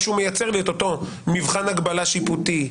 שהוא מייצר לי את אותו מבחן הגבלה שיפוטי,